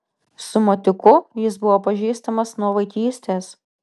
su matiuku jis buvo pažįstamas nuo vaikystės